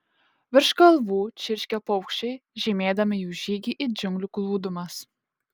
virš galvų čirškė paukščiai žymėdami jų žygį į džiunglių glūdumas